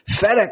FedEx